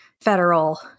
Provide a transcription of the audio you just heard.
federal-